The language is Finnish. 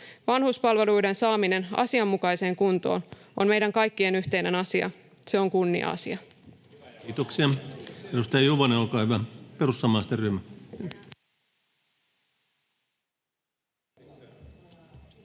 Vanhuspalveluiden saaminen asianmukaiseen kuntoon on meidän kaikkien yhteinen asia. Se on kunnia-asia.